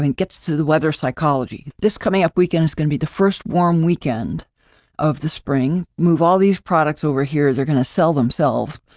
and gets to the weather psychology this coming up weekend is going to be the first warm weekend of the spring, move all these products over here, they're going to sell themselves,